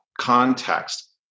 context